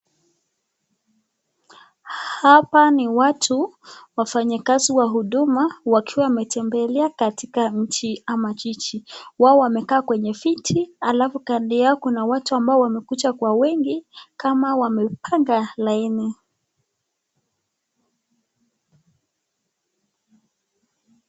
Hapa ni watu, wafanyikazi wa huduma wakiwa wametembelea katika nchi ama katika jiji. Wao wamekaa kwenye viti alafu kando yao kuna watu ambao wamekuja kwa wengi kama wamepanga laini.